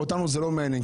אותנו זה לא מעניין,